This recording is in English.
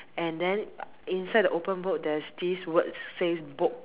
and then inside the open book there is this word says books